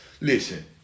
Listen